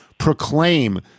proclaim